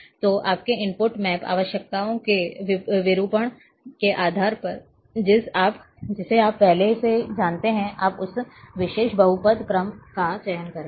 तो आपके input map आवश्यकताओं के विरूपण के आधार पर जिसे आप पहले से जानते हैं आप उस विशेष बहुपद क्रम का चयन करेंगे